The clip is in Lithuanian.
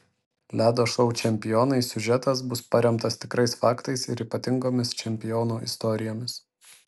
ledo šou čempionai siužetas bus paremtas tikrais faktais ir ypatingomis čempionų istorijomis